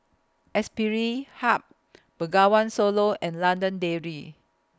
Aspire Hub Bengawan Solo and London Dairy